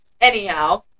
anyhow